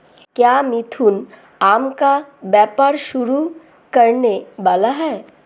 क्या मिथुन आम का व्यापार शुरू करने वाला है?